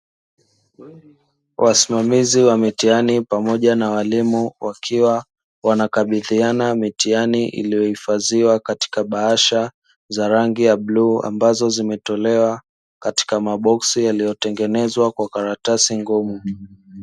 Wasimamizi wa mitihani pamoja na walimu wakiwa wanakabiziana mitihani iliyohifadhiwa katika bahasha za rangi ya blue ambazo zimetolewa katika maboksi yaliyotengenezwa kwa karatasi ngumu.